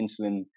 insulin